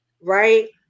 right